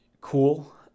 cool